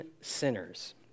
sinners